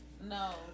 No